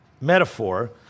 metaphor